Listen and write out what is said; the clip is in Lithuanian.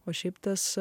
o šiaip tas